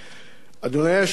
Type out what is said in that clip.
אדוני היושב-ראש,